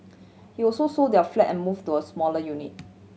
he also sold their flat and moved to a smaller unit